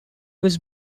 was